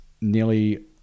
nearly